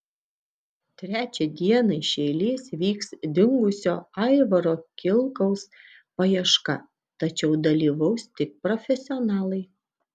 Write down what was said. trečią dieną iš eilės vyks dingusio aivaro kilkaus paieška tačiau dalyvaus tik profesionalai